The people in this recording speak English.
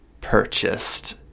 purchased